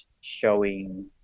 showing